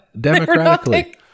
Democratically